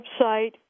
website